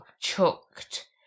chucked